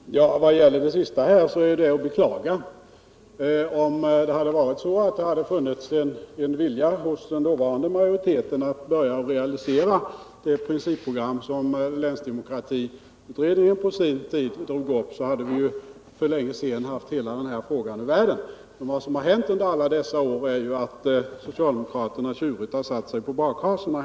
Herr talman! Vad gäller det sista Hans Gustafsson tog upp nu så är det att beklaga att länsdemokratiutredningens intentioner inte fullföljts. Om det hade funnits en vilja hos den dåvarande majoriteten att börja realisera det principprogram som länsdemokratiutredningen på sin tid drog upp, då hade vi för länge sedan haft hela den här frågan ur världen. Vad som hänt under alla dessa år är ju att socialdemokraterna tjurigt har satt sig på bakhasorna.